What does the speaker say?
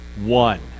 One